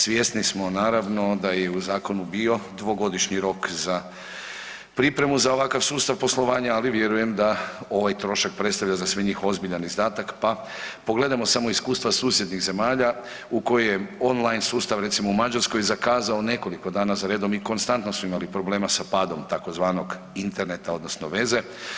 Svjesni smo naravno da je i u zakonu bio dvogodišnji rok za pripremu za ovakav sustav poslovanja, ali vjerujem da ovaj trošak predstavlja za sve njih ozbiljan izdatak pa pogledajmo samo iskustva susjednih zemalja u koje on line sustav recimo u Mađarskoj zakazao nekoliko dana za redom i konstantno su imali problema sa padom tzv. interneta odnosno veze.